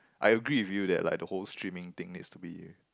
I agree with you that like the whole streaming thing needs to be